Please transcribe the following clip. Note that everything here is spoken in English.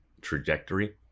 trajectory